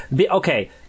Okay